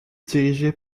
dirigé